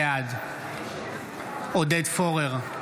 בעד עודד פורר,